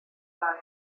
bai